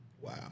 Wow